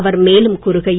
அவர் மேலும் கூறுகையில்